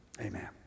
Amen